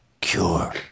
cure